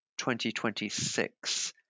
2026